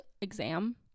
exam